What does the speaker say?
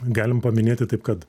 galim paminėti taip kad